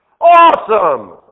Awesome